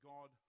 God